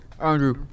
Andrew